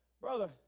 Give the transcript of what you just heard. brother